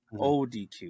ODQ